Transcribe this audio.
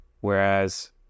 Whereas